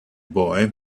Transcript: boy